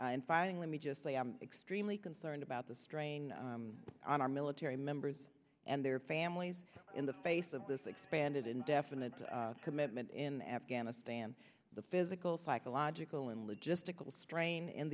i'm finding let me just say i'm extremely concerned about the strain on our military members and their families in the face of this expanded indefinite commitment in afghanistan the physical psychological and logistical strain and